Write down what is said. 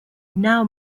now